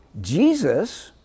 Jesus